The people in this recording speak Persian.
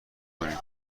کنین